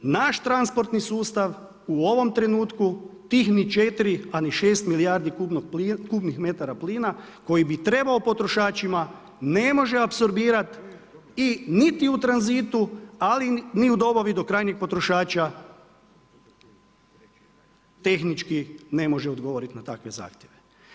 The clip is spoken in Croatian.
Naš transportni sustav u ovom trenutku tih ni 4 a ni 6 milijardi kubnih metara plina koji bi trebao potrošačima, ne može apsorbirati i niti u tranzitu ali ni u dobavi do krajnjeg potrošača, tehnički ne može odgovoriti na takve zahtjeve.